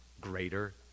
greater